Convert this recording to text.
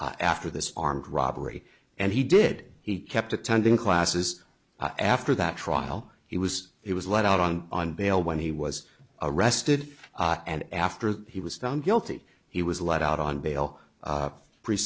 after this armed robbery and he did he kept attending classes after that trial he was he was let out on on bail when he was arrested and after he was found guilty he was let out on bail